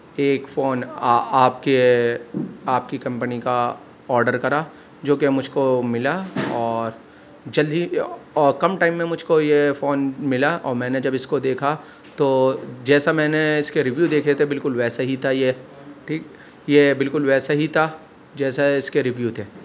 ایک فون آ آپ کے آپ کی کمپنی کا آڈر کرا جو کہ مجھ کو ملا اور جلدی اور کم ٹائم میں مجھ کو یہ فون ملا اور میں نے جب اس کو دیکھا تو جیسا میں نے اس کے ریویو دیکھے تھے بالکل ویسا ہی تھا یہ ٹھیک یہ بالکل ویسے ہی تھا جیسا اس کے ریویو تھے